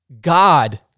God